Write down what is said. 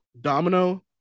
Domino